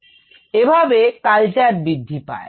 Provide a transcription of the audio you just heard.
এভাবে কালচার বৃদ্ধি পায়